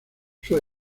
sus